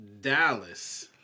Dallas –